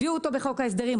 הביאו אותו בחוק ההסדרים,